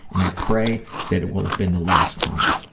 and i pray that it would've been the last time.